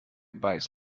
buys